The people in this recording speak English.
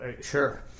Sure